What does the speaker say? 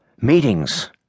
Meetings